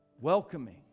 welcoming